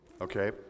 Okay